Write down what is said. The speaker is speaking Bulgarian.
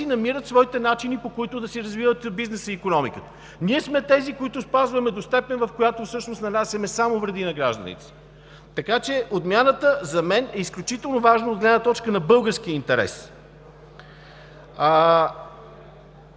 намират своите начини, по които да си развиват бизнеса и икономиката. Ние сме тези, които спазваме до степен, в която нанасяме само вреди на гражданите, така че отмяната за мен е изключително важна от гледна точка на българския интерес.